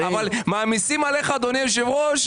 אבל מעמיסים עליך אדוני היושב ראש.